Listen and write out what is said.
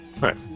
right